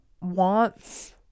wants